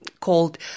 Called